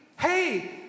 Hey